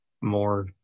more